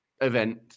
event